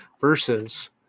versus